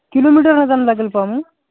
kilometre ह जाणं लागंल पहा मग